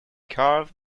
curve